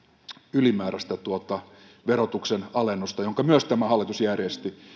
ylimääräistä verotuksen alennusta jonka myös tämä hallitus järjesti